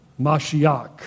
Mashiach